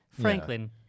Franklin